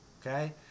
Okay